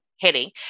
heading